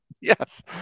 Yes